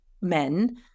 men